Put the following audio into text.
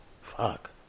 Fuck